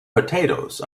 potatoes